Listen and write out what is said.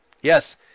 Yes